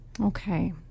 Okay